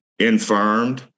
infirmed